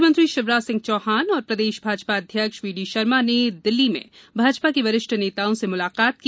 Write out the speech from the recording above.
मुख्यमंत्री शिवराज सिंह चौहान और प्रदेश भाजपा अध्यक्ष वीडी शर्मा ने दिल्ली में भाजपा के वरिष्ठ नेताओं से मुलाकात की